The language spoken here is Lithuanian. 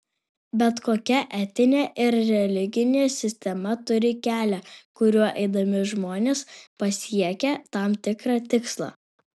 bet kokia etinė ir religinė sistema turi kelią kuriuo eidami žmonės pasiekia tam tikrą tikslą